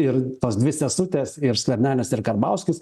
ir tos dvi sesutės ir skvernelis ir karbauskis